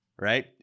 Right